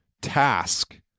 task